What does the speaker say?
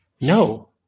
no